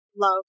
love